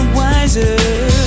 wiser